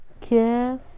care